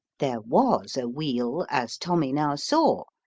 there was a wheel, as tommy now saw,